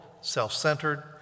self-centered